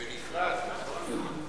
בנפרד, נכון?